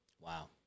Wow